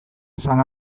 san